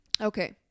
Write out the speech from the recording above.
Okay